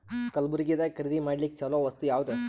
ಕಲಬುರ್ಗಿದಾಗ ಖರೀದಿ ಮಾಡ್ಲಿಕ್ಕಿ ಚಲೋ ವಸ್ತು ಯಾವಾದು?